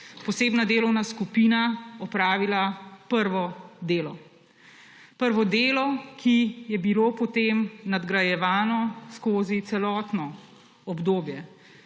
posebna delovna skupina opravila prvo delo. Prvo delo, ki je bilo potem nadgrajevano skozi celotno obdobje